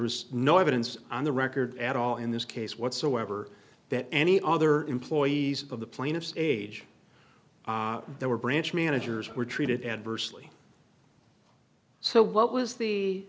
was no evidence on the record at all in this case whatsoever that any other employees of the plaintiff's age there were branch managers were treated adversely so what was the